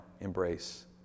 embrace